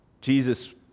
Jesus